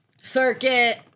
Circuit